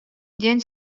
диэн